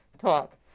talk